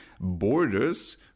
borders